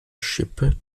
schippe